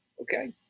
okay